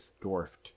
dwarfed